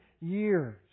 years